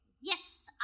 Yes